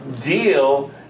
deal